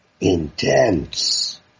intense